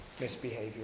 misbehavior